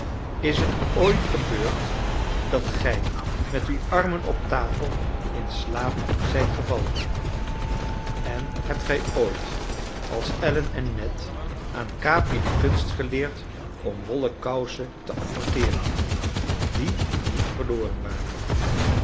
is het ooit gebeurd dat gij met uw armen op tafel in slaap zijt gevallen en hebt gij ooit als allen en ned aan capi de kunst geleerd om wollen kousen te apporteeren die niet verloren waren